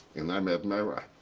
and i met my wife.